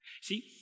See